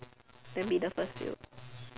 then be the first few